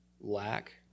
Lack